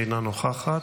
אינה נוכחת,